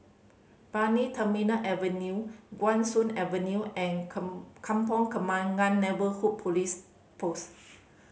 Brani Terminal Avenue Guan Soon Avenue and Kampong Kembangan Neighbourhood Police Post